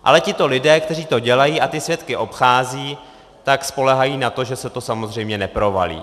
Ale tito lidé, kteří to dělají a ty svědky obcházejí, spoléhají na to, že se to samozřejmě neprovalí.